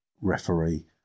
referee